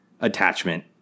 attachment